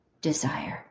desire